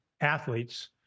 athletes